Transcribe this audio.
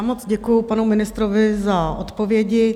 Moc děkuju panu ministrovi za odpovědi.